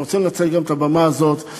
אני רוצה לנצל גם את הבמה הזאת,